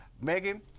Megan